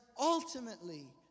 Ultimately